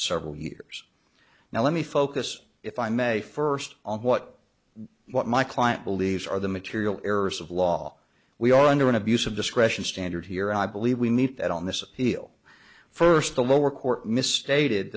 several years now let me focus if i may first on what what my client believes are the material errors of law we are under an abuse of discretion standard here i believe we meet that on this appeal first the lower court misstated